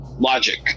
logic